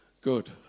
Good